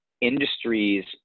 industries